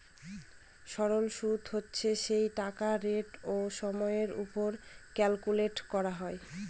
সরল সুদ হচ্ছে সেই টাকার রেট ও সময়ের ওপর ক্যালকুলেট করা হয়